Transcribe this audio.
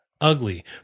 ugly